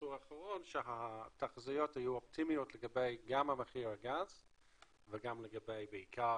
בעשור האחרון שהתחזיות היו אופטימיות גם לגבי מחיר הגז וגם לגבי בעיקר